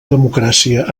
democràcia